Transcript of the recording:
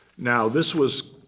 now, this was